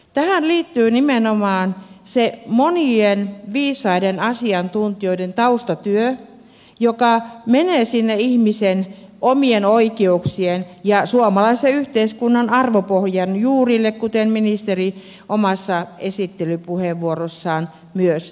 tähän liittyy nimenomaan se monien viisaiden asiantuntijoiden taustatyö joka menee sinne ihmisen omien oikeuksien ja suomalaisen yhteiskunnan arvopohjan juurille kuten ministeri omassa esittelypuheenvuorossaan myös kertoi